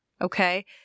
okay